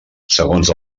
segons